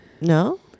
no